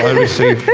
receive.